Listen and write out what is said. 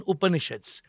Upanishads